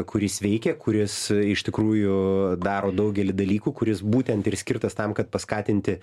kuris veikia kuris iš tikrųjų daro daugelį dalykų kuris būtent ir skirtas tam kad paskatinti